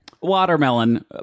watermelon